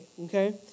okay